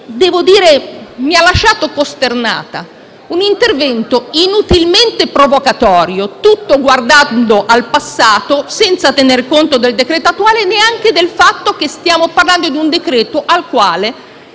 devo dire mi ha lasciato costernata: un intervento inutilmente provocatorio, tutto guardando al passato, senza tener conto del provvedimento attuale e neanche del fatto che stiamo parlando di un decreto-legge